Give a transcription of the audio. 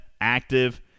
active